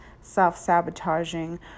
self-sabotaging